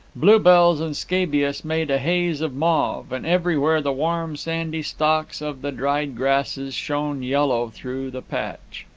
bluebells and scabious made a haze of mauve, and everywhere the warm, sandy stalks of the dried grasses shone yellow through the patch.